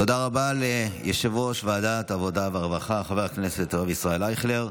תודה רבה ליושב-ראש ועדת העבודה והרווחה חבר הכנסת הרב ישראל אייכלר.